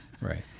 right